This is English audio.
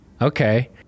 Okay